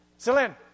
Celine